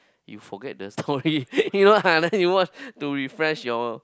you forget the story you know ah then watch to refresh your